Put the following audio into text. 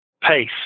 pace